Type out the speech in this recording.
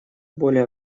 более